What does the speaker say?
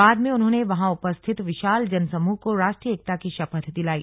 बाद में उन्होंने वहां उपस्थित विशाल जनसमूह को राष्ट्रीय एकता की शपथ दिलाई